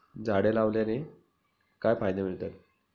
झाडे लावण्याने काय फायदे मिळतात?